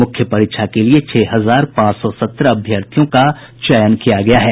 मुख्य परीक्षा के लिये छह हजार पांच सौ सत्रह अभ्यर्थियों को चयन किया गया है